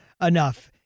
enough